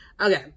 Okay